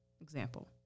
Example